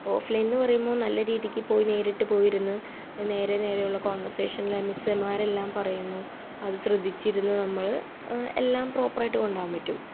of ലൈൻന്ന് പറയുമ്പോൾ നല്ല രീതിക്ക് പോയി നേരിട്ട് പോയരുന്നു നേരെ നേരെയുള്ള കോൺവെർസേഷൻലെ മിസ്സ്മാരെല്ലാം പറയുന്നു അത് ശ്രദ്ധിച്ചിരുന്ന് നമ്മൾ എല്ലാം പ്രോപ്പറായിട്ട് കൊണ്ട് പോമ്പറ്റും